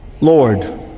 Lord